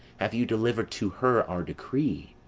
have you delivered to her our decree?